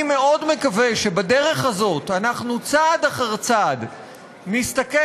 אני מאוד מקווה שבדרך הזאת אנחנו צעד אחר צעד נסתכל